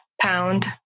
pound